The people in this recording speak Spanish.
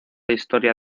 historia